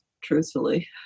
truthfully